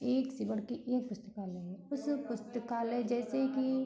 एक से बढ़ के एक पुस्तकालय है उस पुस्तकालय जैसे कि